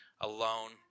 alone